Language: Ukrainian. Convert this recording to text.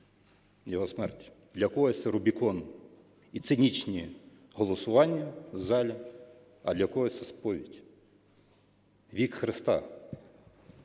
його смерть. Для когось це рубікон і цинічні голосування в залі, а для когось – це сповідь. Вік Христа.